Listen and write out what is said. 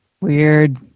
Weird